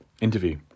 interview